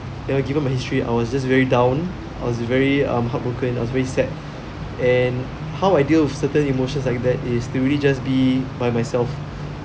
then given the history I was just very down I was very um heartbroken I was really sad and how I deal with certain emotions like that is to really just be by myself